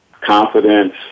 confidence